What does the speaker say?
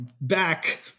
back